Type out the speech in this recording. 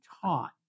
taught